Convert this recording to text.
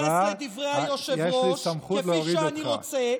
אני אתייחס לדברי היושב-ראש כפי שאני רוצה.